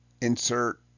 insert